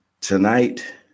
Tonight